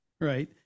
right